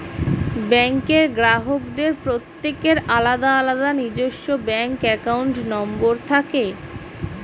ব্যাঙ্কের গ্রাহকদের প্রত্যেকের আলাদা আলাদা নিজস্ব ব্যাঙ্ক অ্যাকাউন্ট নম্বর থাকে